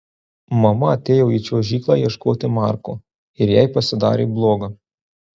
mama atėjo į čiuožyklą ieškoti marko ir jai pasidarė bloga